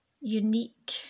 unique